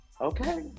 Okay